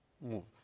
move